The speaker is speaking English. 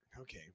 okay